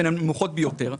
הן הנמוכות ביותר.